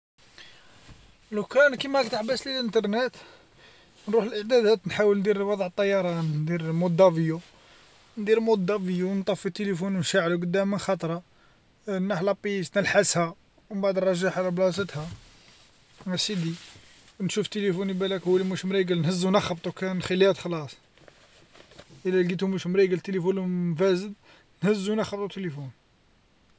لو كان كيما راك تحبسلي الانترنت نروح للإعدادات نحاول ندير وضع الطيارة ندير ندير مود أفيو ندير مود أفيو نطفي تليفون ونشعلو قداه من خطرة، نحل لابيس نلحسها ومن بعد نرجعها لبلاصتها، أسدي نشوف تيليفوني بالاك هو اللي مش مريقل نهزو نخبطو كان خلات خلاص، إلا لقيتو موش مرقل تليفوني فاسد نهزو نخبطو تليفون.